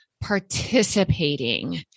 participating